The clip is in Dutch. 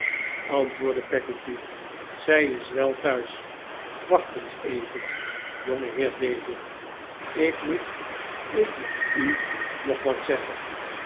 antwoordde peggotty zij is wel thuis wacht eens even jongeheer david ik moet ik moet u nog wat zeggen